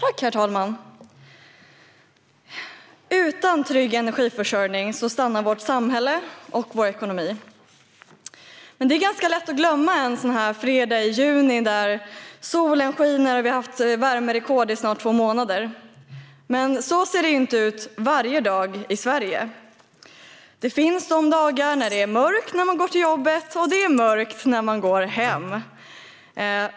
Herr talman! Utan trygg energiförsörjning stannar vårt samhälle och vår ekonomi. Det är lätt att glömma en fredag i juni när solen skiner och det har varit värmerekord i snart två månader, men så ser det inte ut varje dag i Sverige. Det finns de dagar när det är mörkt när vi går till jobbet och det är mörkt när vi går hem.